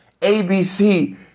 ABC